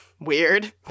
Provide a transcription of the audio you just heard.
weird